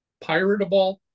piratable